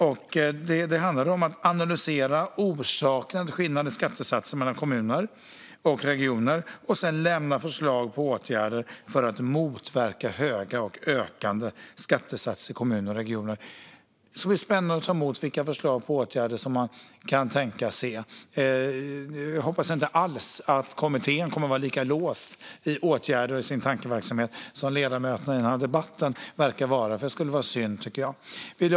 Det handlar om att analysera orsakerna till skillnaderna i skattesatser mellan kommuner och regioner och sedan lämna förslag på åtgärder för att motverka höga och ökande skattesatser i kommuner och regioner. Det ska bli spännande att ta emot dessa förslag. Jag hoppas att kommittén inte kommer att vara lika låst i sin tankeverksamhet som ledamöterna i denna debatt verkar vara. Det skulle vara synd.